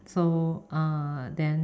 so uh then